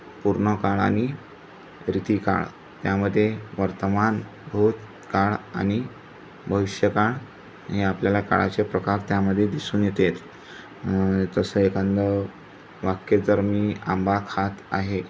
पूर्ण काळ आणि रीतीकाळ त्यामध्ये वर्तमान भूत काळ आणि भविष्यकाळ हे आपल्याला काळाचे प्रकार त्यामध्ये दिसून येतात जसं एखांंदं वाक्य जर मी आंबा खात आहे